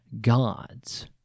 gods